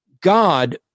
God